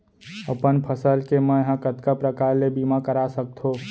अपन फसल के मै ह कतका प्रकार ले बीमा करा सकथो?